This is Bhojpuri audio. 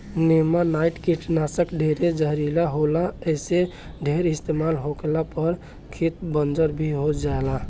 नेमानाइट कीटनाशक ढेरे जहरीला होला ऐसे ढेर इस्तमाल होखे पर खेत बंजर भी हो जाला